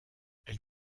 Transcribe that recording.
elle